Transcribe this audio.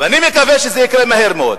ואני מקווה שזה יקרה מהר מאוד,